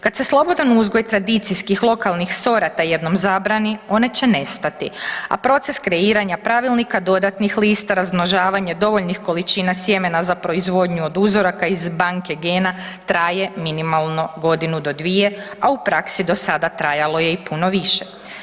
Kad se slobodan uzgoj tradicijskih lokalnih sorata jednom zabrani one će nestati, a proces kreiranja pravilnika dodatnih lista, razmnožavanje dovoljnih količina sjemena za proizvodnju od uzoraka iz banke gena traje minimalno godinu do dvije, a u praksi do sada trajalo je i puno više.